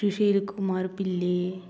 सुशीर कुमार पिल्ली